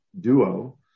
duo